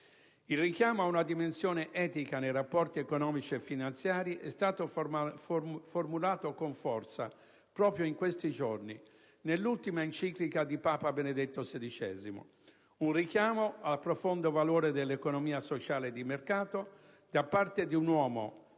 Il richiamo ad una dimensione etica nei rapporti economici e finanziari è stato formulato con forza, proprio in questi giorni, nell'ultima enciclica di Papa Benedetto XVI, un richiamo al profondo valore dell'economia sociale di mercato da parte di un uomo